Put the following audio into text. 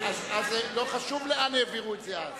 לא חשוב לאן העבירו את זה אז,